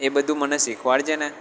એ બધું મને શીખવાડજે ને